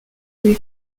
lui